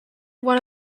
one